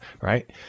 right